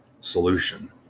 solution